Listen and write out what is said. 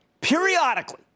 Periodically